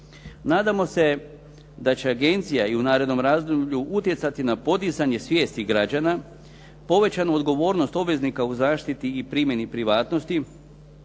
Nadamo se da će agencija i u narednom razdoblju utjecati na podizanje svijesti građana, povećanu odgovornost obveznika u zaštiti i primjeni privatnosti,